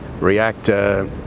reactor